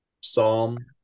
Psalm